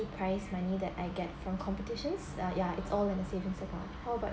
price money that I get from competitions uh ya it's all in the savings account how about